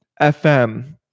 FM